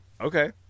okay